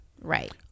right